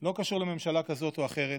לא קשור לממשלה כזאת או אחרת: